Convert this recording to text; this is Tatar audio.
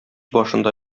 башында